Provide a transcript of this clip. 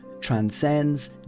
transcends